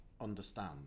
understand